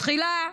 תחילה,